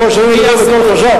אף-על-פי שאני מדבר בקול חזק.